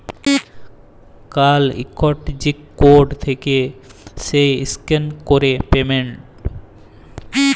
কাল ইকট যে কড থ্যাকে সেট ইসক্যান ক্যরে পেমেল্ট